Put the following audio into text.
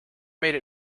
made